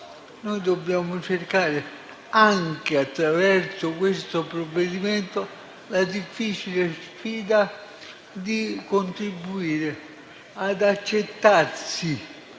Noi dobbiamo cercare, anche attraverso il provvedimento in esame, la difficile sfida di contribuire ad accettarsi,